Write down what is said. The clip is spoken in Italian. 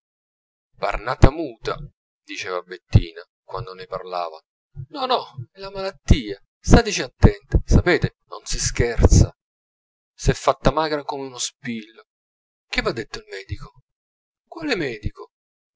par nata muta diceva bettina quando ne parlavano no no è la malattia stateci attenta sapete non si scherza s'è fatta magra come uno spillo che v'ha detto il medico quale medico